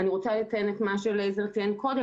אני רוצה לציין את מה שציין אליעזר רוזנבאום קודם